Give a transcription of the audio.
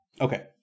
Okay